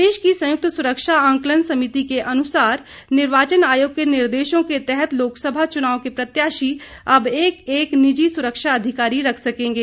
प्रदेश की संयुक्त सुरक्षा आकलन समिति के अनुसार निर्वाचन आयोग के निर्देशों के तहत लोकसभा चुनाव के प्रत्याशी अब एक एक निजी सुरक्षा अधिकारी रख सकेंगे